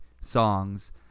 songs